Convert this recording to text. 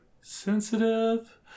sensitive